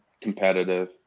competitive